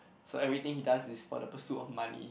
so everything he does is for the pursuit of money